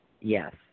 Yes